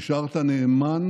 נשארת נאמן